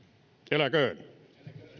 eläköön